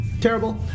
terrible